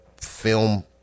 film